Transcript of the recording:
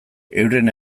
euren